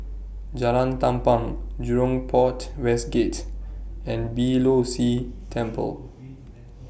Jalan Tampang Jurong Port West Gate and Beeh Low See Temple